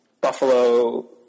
buffalo